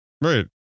Right